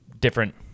different